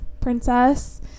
princess